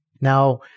Now